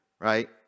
right